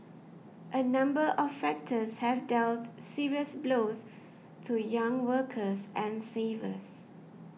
a number of factors have dealt serious blows to young workers and savers